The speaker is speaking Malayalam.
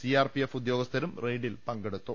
സി ആർ പി എഫ് ഉദ്യോ ഗസ്ഥരും റെയ്ഡിൽ പങ്കെടുത്തു